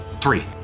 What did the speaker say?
Three